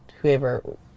whoever